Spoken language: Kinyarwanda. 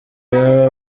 y’aba